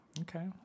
Okay